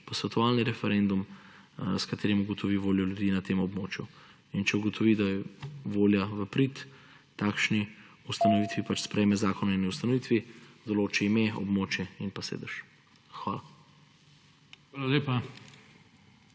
posvetovalni referendum, s katerim ugotovi voljo ljudi na tem območju. In če ugotovi, da je volja v prid takšni ustanovitvi, pač sprejme zakon o njeni ustanovitvi, določi ime območja in pa sedež. Hvala.